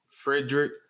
Frederick